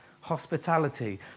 hospitality